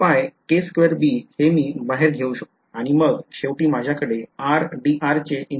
तर हे मी बाहेर घेऊ शकतो आणि मग शेवटी माझ्याकडे चे integral आहे